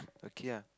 okay ah